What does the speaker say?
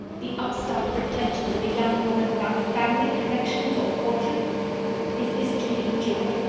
the upstart pretensions of a young woman without family, connections, or fortune is this to be endured!